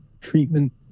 treatment